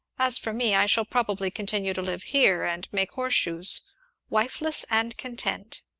as for me, i shall probably continue to live here, and make horseshoes wifeless and content.